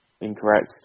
incorrect